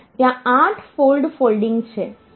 તેથી ત્યાં 8 fold folding છે